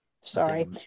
sorry